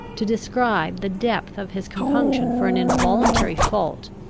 to describe the depth of his compunction for an involuntary fault,